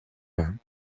vain